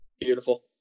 Beautiful